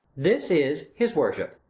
this is his worship.